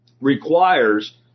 requires